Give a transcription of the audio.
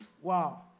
Wow